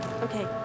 Okay